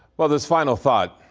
well, this final thought,